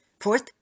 Fourth